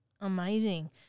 Amazing